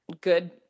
good